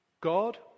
God